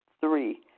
Three